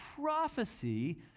prophecy